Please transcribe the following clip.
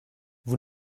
vous